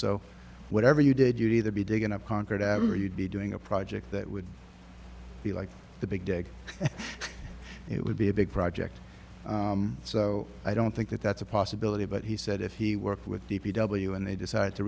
so whatever you did you'd either be digging up conquered average you'd be doing a project that would be like the big dig it would be a big project so i don't think that that's a possibility but he said if he worked with d p w and they decided to